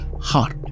heart